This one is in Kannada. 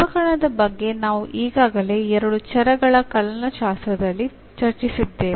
ಅವಕಲನದ ಬಗ್ಗೆ ನಾವು ಈಗಾಗಲೇ ಎರಡು ಚರಗಳ ಕಲನಶಾಸ್ತ್ರದಲ್ಲಿ ಚರ್ಚಿಸಿದ್ದೇವೆ